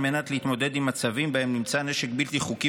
על מנת להתמודד עם מצבים שבהם נמצא נשק בלתי חוקי